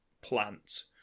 plant